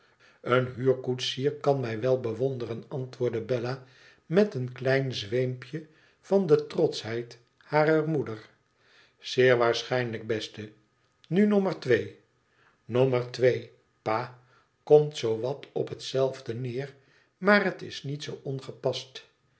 en huurkoetsier kan mij wel bewonderen antwoordde bella met een klein zweempje van de trotschheid harer moeder zeer waarschijnlijk beste nu nommer twee nommer twee pa komt zoo wat op hetzelfde neer maar het is niet zoo ongepast